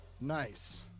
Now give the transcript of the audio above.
nice